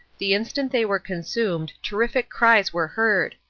the instant they were consumed, terrific cries were heard,